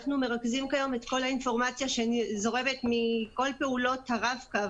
אנחנו מרכזים היום את כל האינפורמציה שזורמת מכל פעולות הרב-קו